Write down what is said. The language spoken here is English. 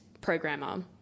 programmer